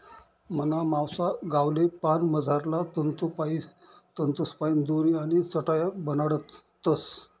मना मावसा गावले पान मझारला तंतूसपाईन दोरी आणि चटाया बनाडतस